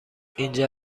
اینجا